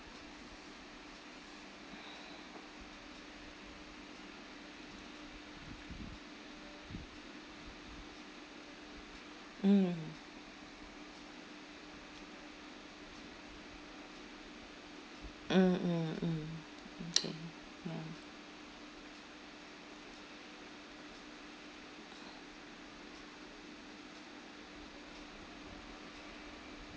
mm mm mm mm okay ya